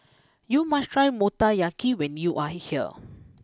you must try Motoyaki when you are here